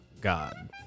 God